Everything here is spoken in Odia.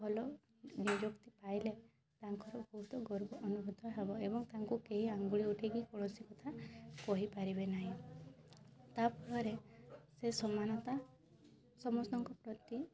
ଭଲ ନିଯୁକ୍ତି ପାଇଲେ ତାଙ୍କର ବହୁତ ଗର୍ବ ଅନୁଭୂତ ହେବ ଏବଂ ତାଙ୍କୁ କେହି ଆଙ୍ଗୁଳି ଉଠେଇକି କୌଣସି କଥା କହି ପାରିବେନାହିଁ ତା' ଫଳରେ ସେ ସମାନତା ସମସ୍ତଙ୍କ ପ୍ରତି